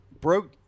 broke